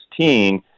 2016